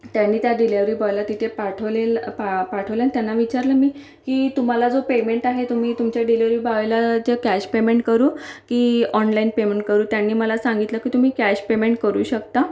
त्यांनी त्या डिलेवरी बॉयला तिथे पाठवलं पा पाठवलंन त्यांना विचारलं मी की तुम्हाला जो पेमेंट आहे तो मी तुमच्या डिलेवरी बॉयला ज कॅश पेमेंट करू की ऑनलाइन पेमेंट करू त्यांनी मला सांगितलं की तुम्ही कॅश पेमेंट करू शकता